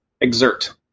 Exert